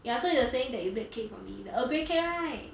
yeah so you were saying that you baked cake for me the earl grey cake right